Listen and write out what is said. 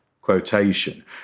quotation